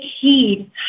heed